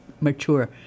mature